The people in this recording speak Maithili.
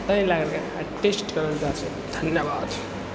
ताहि लऽ कऽ आइ टेस्ट करऽलए जाइ छी धन्यवाद